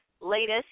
latest